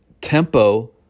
tempo